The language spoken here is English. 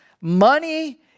money